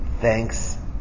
Thanks